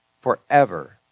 forever